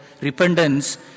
repentance